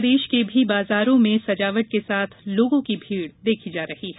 इस पर्व को लेकर बाजारों में सजावट के साथ लोगों की भीड़ देखी जा रही है